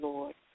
Lord